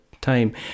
time